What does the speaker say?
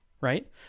right